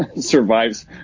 survives